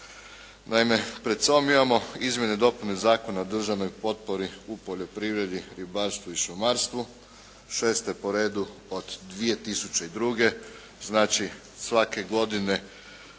Naime, pred sobom imamo Izmjene i dopune Zakona o državnoj potpori u poljoprivredi, ribarstvu i šumarstvu, 6. po redu od 2002., znači svake godine